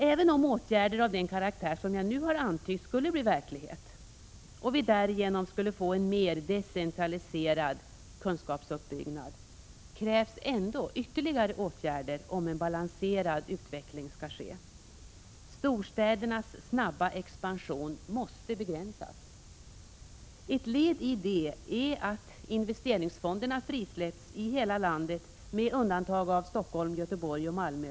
Även om åtgärder av den karaktär som jag nu antytt skulle bli verklighet, och vi därigenom skulle få en mer decentraliserad kunskapsuppbyggnad, krävs ytterligare åtgärder om en balanserad utveckling skall ske. Storstädernas snabba expansion måste begränsas. Ett led i detta är att investeringsfonderna frisläpps i hela landet med undantag av Stockholm, Göteborg och Malmö.